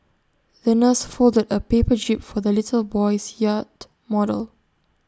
the nurse folded A paper jib for the little boy's yacht model